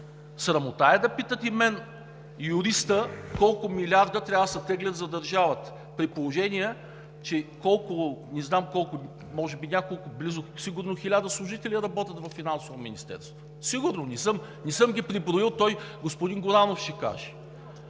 Срамота е да питате мен, юриста, колко милиарда трябва да се теглят за държавата, при положение че не знам колко – може би няколко хиляди, сигурно 1000 служители работят във Финансовото министерство? Сигурно, не съм ги преброил, господин Горанов ще каже.